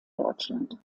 deutschland